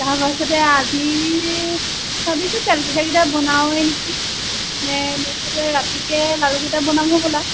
তাৰপাছতে আজি ভাবিছোঁ তেল পিঠাকিটা বনাওঁয়েই নেকি নে তাৰপিছতে ৰাতিকৈ লাড়ুকিটা বনাম হ'বলা